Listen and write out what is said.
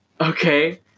Okay